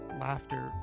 laughter